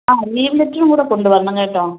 ലീവ്ലെറ്ററും കൂടെ കൊണ്ട് വരണം കേട്ടോ